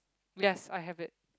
yes I have it